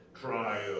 trial